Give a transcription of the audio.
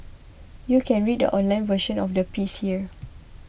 you can read the online version of the piece here